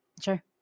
sure